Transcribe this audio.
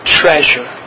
treasure